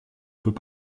peux